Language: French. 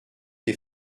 des